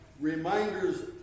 reminders